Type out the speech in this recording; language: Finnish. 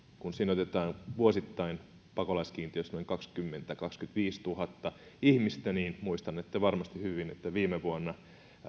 kun sinne otetaan vuosittain pakolaiskiintiöstä noin kaksikymmentätuhatta viiva kaksikymmentäviisituhatta ihmistä niin muistanette varmasti hyvin että viime vuonna